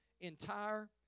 entire